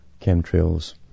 chemtrails